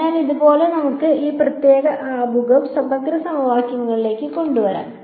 അതിനാൽ ഇതുപയോഗിച്ച് നമുക്ക് ഈ പ്രത്യേക ആമുഖം സമഗ്ര സമവാക്യങ്ങളിലേക്ക് കൊണ്ടുവരാം